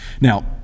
Now